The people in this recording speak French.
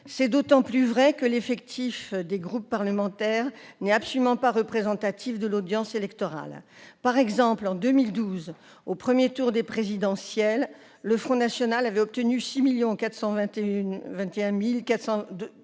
est d'autant plus vrai que l'effectif des groupes parlementaires n'est absolument pas représentatif de l'audience électorale. Par exemple, en 2012, au premier tour de l'élection présidentielle, le Front national a obtenu 6 421 426